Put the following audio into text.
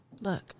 Look